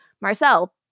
Marcel